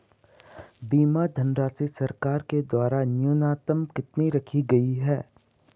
बीमा धनराशि सरकार के द्वारा न्यूनतम कितनी रखी गई है?